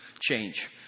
change